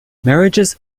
marriages